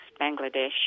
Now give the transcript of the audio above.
Bangladesh